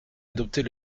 adopter